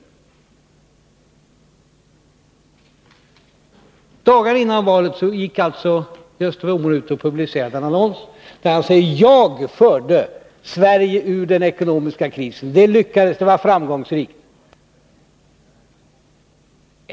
Några dagar före valet gick alltså Gösta Bohman ut med en annons, där han sade: Jag förde Sverige ur den ekonomiska krisen. Det lyckades, det var framgångsrikt.